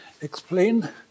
explain